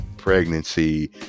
pregnancy